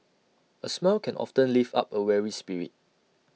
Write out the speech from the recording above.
A smile can often lift up A weary spirit